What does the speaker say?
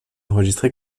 enregistré